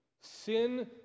sin